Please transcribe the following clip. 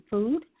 Food